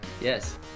Yes